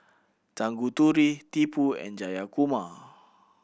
Tanguturi Tipu and Jayakumar